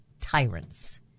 tyrants